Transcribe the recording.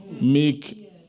make